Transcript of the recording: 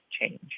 change